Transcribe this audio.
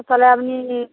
তাহলে আপনিই